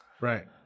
Right